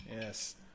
Yes